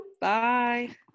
bye